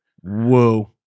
Whoa